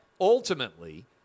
ultimately